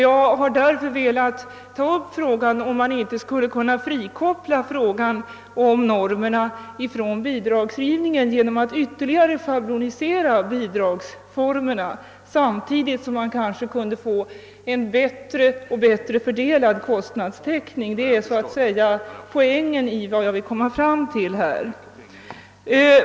Jag har därför velat diskutera om man inte skulle kunna frikoppla frågan om normerna från bidragsgivningen genom att ytterligare schablonisera bidragsformerna samtidigt som man kunde få en bättre och bättre fördelad kostnadstäckning. Detta är så att säga poängen i vad jag här velat framhålla.